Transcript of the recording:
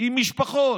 עם משפחות,